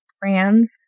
brands